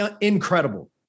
incredible